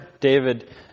David